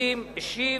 התקציבים השיב